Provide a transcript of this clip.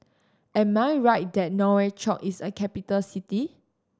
am I right that Nouakchott is a capital city